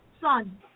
son